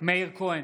מאיר כהן,